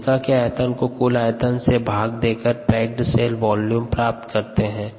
कोशिका के आयतन को कुल आयतन से भाग देकर पैक्ड सेल वॉल्यूम प्राप्त करते है